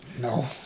No